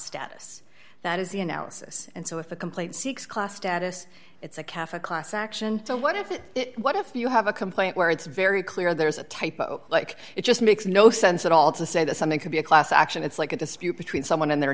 status that is the analysis and so if a complaint seeks class status it's a calf a class action so what if it what if you have a complaint where it's very clear there's a typo like it just makes no sense at all to say that something could be a class action it's like a dispute between someone and their